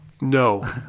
No